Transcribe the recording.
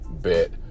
bit